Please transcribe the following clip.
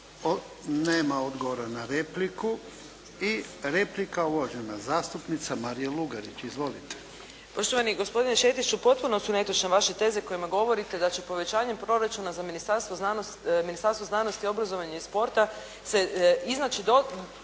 Nema odgovora na repliku. I replika, uvažena zastupnica Marija Lugarić. Izvolite. **Lugarić, Marija (SDP)** Poštovani gospodine Šetiću potpuno su netočne vaše teze kojima govorite da će povećanjem proračuna za Ministarstvo znanosti, obrazovanja i sporta se iznaći,